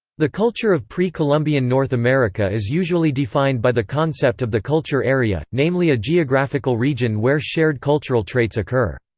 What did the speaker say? the culture of pre-columbian north america is usually defined by the concept of the culture area, namely a geographical region where shared cultural traits occur.